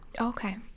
Okay